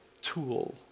tool